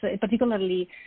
particularly